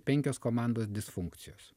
penkios komandos disfunkcijos